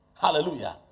Hallelujah